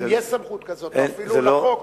אם יש סמכות כזאת או אפילו חוק,